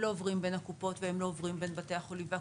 הם לא עוברים בין הקופות והם לא עוברים בין בתי החולים והקופות,